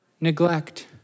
neglect